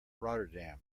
rotterdam